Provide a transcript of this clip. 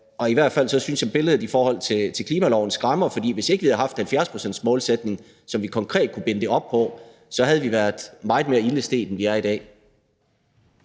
I hvert fald synes jeg, at billedet i forhold til klimaloven skræmmer, for hvis ikke vi havde haft 70-procentsmålsætningen, som vi konkret kunne binde det op på, så havde vi været meget mere ilde stedt, end vi er i dag.